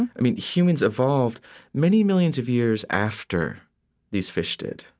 and i mean, humans evolved many millions of years after these fish did.